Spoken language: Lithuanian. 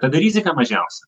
tada rizika mažiausia